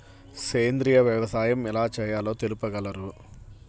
సేంద్రీయ వ్యవసాయం ఎలా చేయాలో తెలుపగలరు?